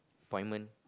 appointment